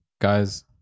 Guys